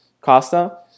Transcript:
Costa